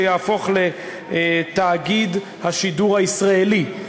שיהפוך לתאגיד השידור הישראלי,